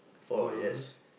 four yes